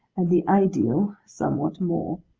and the ideal somewhat more.